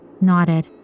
nodded